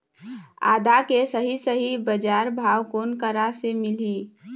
आदा के सही सही बजार भाव कोन करा से मिलही?